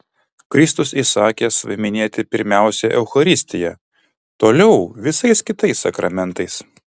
kristus įsakė save minėti pirmiausia eucharistija toliau visais kitais sakramentais